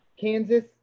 Kansas